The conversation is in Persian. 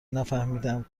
نفهمیدم